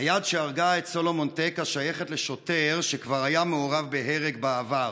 היד שהרגה את סלומון טקה שייכת לשוטר שכבר היה מעורב בהרג בעבר.